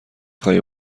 خواهی